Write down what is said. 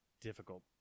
difficult